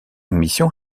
mission